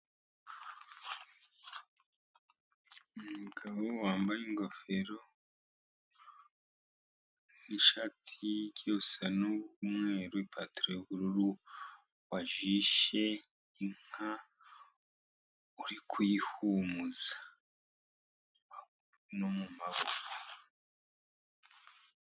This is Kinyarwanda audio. Umugabo wambaye ingofero ,nishati ijya gusa n'umweru, n'pataro y 'ubururu, wajishe inka, uri kuyihumuza no mumaba.